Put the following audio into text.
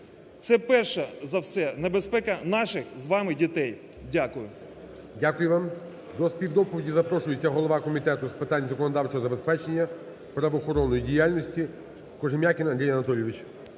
Це перш за все небезпека наших з вами дітей. Дякую. ГОЛОВУЮЧИЙ. Дякую вам. До співдоповіді запрошується голова Комітету з питань законодавчого забезпечення правоохоронної діяльності Кожем'якін Андрій Анатолійович.